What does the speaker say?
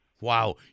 Wow